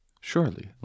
Surely